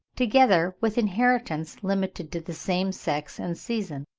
together with inheritance limited to the same sex and season